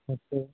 আছে